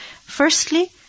Firstly